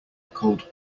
cold